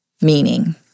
meaning